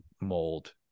mold